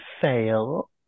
fail